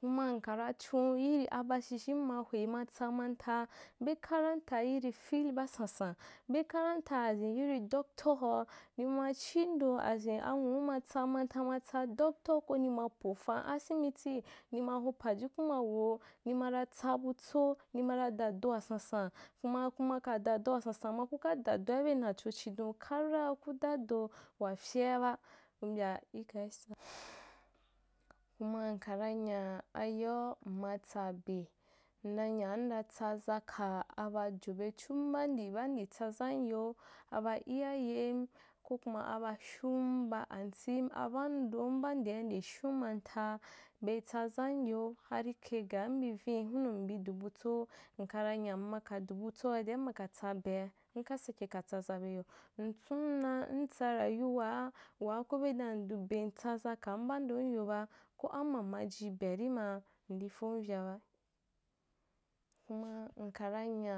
kuma nkara tsun yiri abazhenzhen mghawe matsa manta, be karanta yiri fil ba tsan tsa be karanta in yiri doctor hoa, nima chi ndo as in anwu matsa manta matsa doctor ko ni ma pofan asimibi, nima ho pajukun ma weu, nima ra tsabutso, ni ma ra da doa sansan, kuma kuma ka da doa sansan ma kuka da doa ibe nacho chidon kara ku dado wafyeaba, u mbya i kaī sa kuma nkara nya ayoa mma tsabe ndanya nda tsaza kaa aba jobechum banda bandi tsazam yo, aba iyayem, ko kuma abashum, ba auntim abadom baa ndia baa indishon mantaa betsazam yo harì kai gaa mbi vin’i hunu mbi dubutso, nkara nya mmaka du butsoa dea mmaka tsa be’a nka sake ka tsazabeyo, mtsun na ntsa rayuwaa wsa ko be dan ndube ntsa za kan bandon yo ba ko amma maji be arǐ maa, ndifon vyaba, kuma nkara nya.